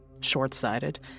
short-sighted